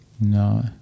No